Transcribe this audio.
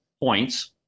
points